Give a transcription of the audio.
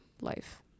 life